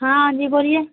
ہاں جی بولیے